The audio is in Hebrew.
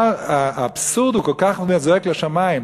האבסורד כל כך זועק לשמים.